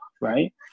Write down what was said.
right